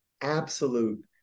absolute